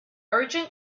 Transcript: urgent